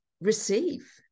receive